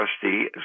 trustee